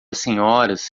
senhoras